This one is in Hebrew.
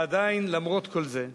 ועדיין, למרות כל זה,